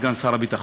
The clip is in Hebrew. סגן שר הביטחון.